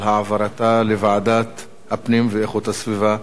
העברתה לוועדת הפנים ואיכות הסביבה.